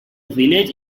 village